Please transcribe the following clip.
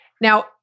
Now